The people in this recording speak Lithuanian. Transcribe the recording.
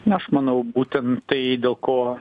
na aš manau būtent tai dėl ko